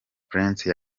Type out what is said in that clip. prince